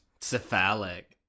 Cephalic